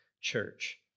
church